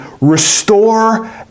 restore